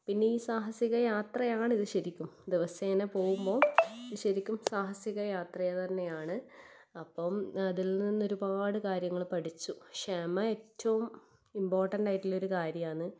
പിന്നെ ഈ സാഹസിക യാത്രയാണിത് ശരിക്കും ദിവസേന പോവുമ്പോൾ ശരിക്കും സാഹസിക യാത്ര തന്നെയാണ് അപ്പം അതിൽ നിന്നൊരുപാട് കാര്യങ്ങൾ പഠിച്ചു ക്ഷമ ഏറ്റവും ഇമ്പോർട്ടന്റ് ആയിട്ടുള്ള ഒരു കാര്യമാണ്